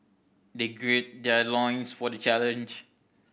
they gird their loins for the challenge